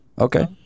Okay